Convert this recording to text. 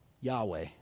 Yahweh